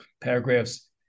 Paragraphs